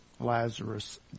Lazarus